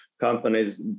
companies